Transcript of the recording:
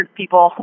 people